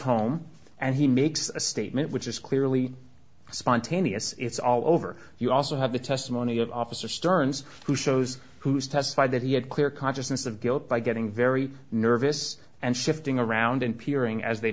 home and he makes a statement which is clearly spontaneous it's all over you also have the testimony of officer stearns who shows who's testified that he had clear consciousness of guilt by getting very nervous and shifting around and peering as they